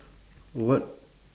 what